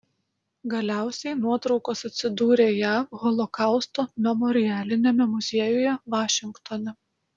galiausiai nuotraukos atsidūrė jav holokausto memorialiniame muziejuje vašingtone